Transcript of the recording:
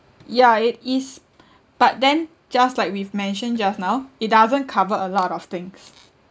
yeah it is but then just like we've mentioned just now it doesn't cover a lot of things